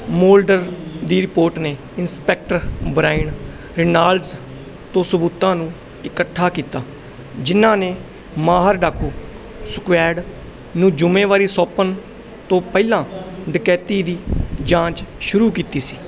Mulder ਦੀ report ਨੇ inspector Brian Reynolds ਤੋਂ ਸਬੂਤਾਂ ਨੂੰ ਇਕੱਠਾ ਕੀਤਾ ਜਿਨ੍ਹਾਂ ਨੇ ਮਾਹਰ ਡਾਕੂ ਸਕੁਐਡ ਨੂੰ ਜ਼ਿੰਮੇਵਾਰੀ ਸੌਂਪਣ ਤੋਂ ਪਹਿਲਾਂ ਡਕੈਤੀ ਦੀ ਜਾਂਚ ਸ਼ੁਰੂ ਕੀਤੀ ਸੀ